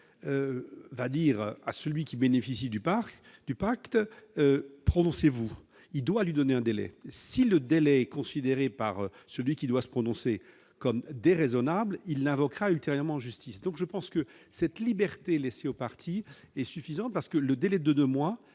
va dire à celui qui bénéficie du parc du pacte prononcez-vous, il doit lui donner un délai si le délai considéré par celui qui doit se prononcer comme déraisonnable il invoquera ultérieurement, justice, donc je pense que cette liberté laissée aux partis et suffisant parce que le délai de 2 mois,